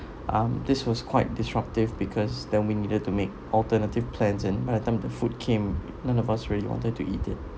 um this was quite disruptive because that mean we have to make alternative plans and when the time the food came none of us really wanted to eat it